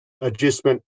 adjustment